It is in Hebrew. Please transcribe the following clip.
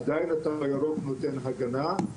עדיין התו הירוק נותן הגנה,